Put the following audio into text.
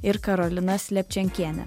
ir karolina slepčenkienė